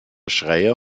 schreyer